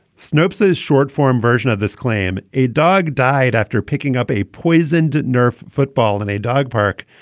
snopes is short-form version of this claim. a dog died after picking up a poisoned nerf football in a dog park.